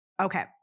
Okay